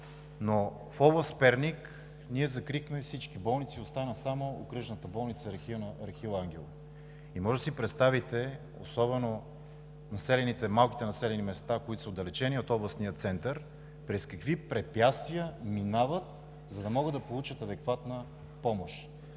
но в област Перник ние закрихме всички болници и остана само Окръжната болница „Рахила Ангелова“. И можете да си представите, особено малките населени места, които са отдалечени от областния център, през какви препятствия минават, за да могат да получат адекватна помощ.